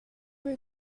were